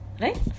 Right